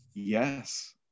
Yes